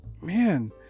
man